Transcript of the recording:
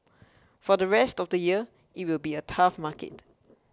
for the rest of the year it will be a tough market